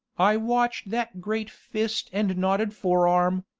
i watched that great fist and knotted forearm,